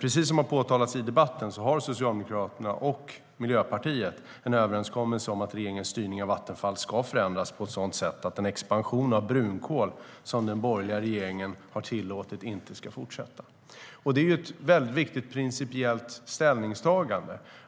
Precis som har påtalats i debatten har Socialdemokraterna och Miljöpartiet en överenskommelse om att regeringens styrning av Vattenfall ska förändras på ett sådant sätt att den expansion av brunkol som den borgerliga regeringen har tillåtit inte ska fortsätta.